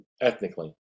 ethnically